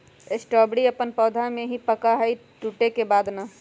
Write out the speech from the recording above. strawberry अपन पौधा में ही पका हई टूटे के बाद ना